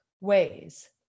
ways